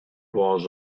was